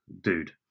dude